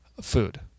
food